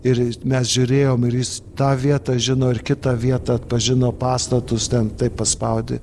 ir mes žiūrėjom ir jis tą vietą žino ir kitą vietą atpažino pastatus ten taip paspaudi